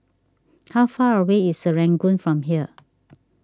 how far away is Serangoon from here